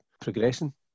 progressing